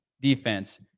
defense